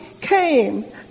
came